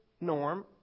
norm